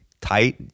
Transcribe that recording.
tight